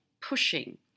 pushing